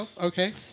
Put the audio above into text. Okay